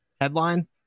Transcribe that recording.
headline